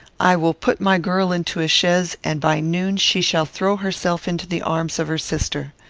i will put my girl into a chaise, and by noon she shall throw herself into the arms of her sister.